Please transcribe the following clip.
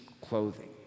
clothing